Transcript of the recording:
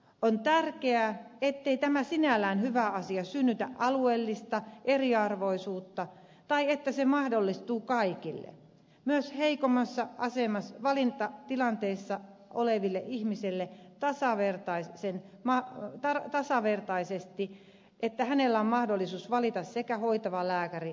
on tärkeää ettei tämä sinällään hyvä asia synnytä alueellista eriarvoisuutta ja että se mahdollistuu kaikille myös heikommassa asemassa valintatilanteessa olevalle ihmiselle tasavertaisesti että hänellä on mahdollisuus valita sekä hoitava lääkäri että hoitopaikka